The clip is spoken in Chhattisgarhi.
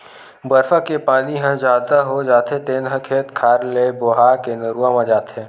बरसा के पानी ह जादा हो जाथे तेन ह खेत खार ले बोहा के नरूवा म जाथे